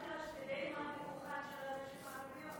אמרתי לה: שתדעי מה זה כוחן של הנשים הערביות.